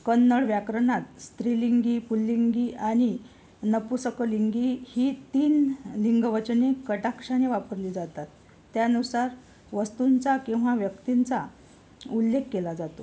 कन्नड व्याकरणात स्त्रीलिंगी पुल्लिंगी आणि नपुसकलिंगी ही तीन लिंग वचने कटाक्षाने वापरली जातात त्यानुसार वस्तूंचा किंवा व्यक्तींचा उल्लेख केला जातो